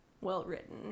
well-written